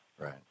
Right